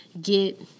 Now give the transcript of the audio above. get